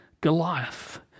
Goliath